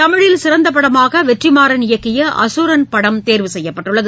தமிழில் சிறந்தபடமாகவெற்றிமாறன் இயக்கியஅசுரன் படம் தேர்வு செய்யப்பட்டுள்ளது